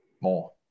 more